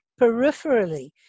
peripherally